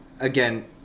again